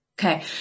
Okay